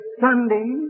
Sunday